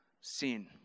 sin